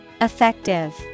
Effective